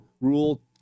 Rule